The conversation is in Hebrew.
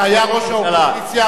כשהיה ראש האופוזיציה,